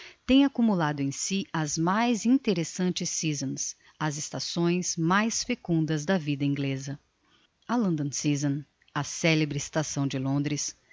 têm accumulado em si as mais interessantes seasons as estações mais fecundas da vida ingleza a london season a celebre estação de londres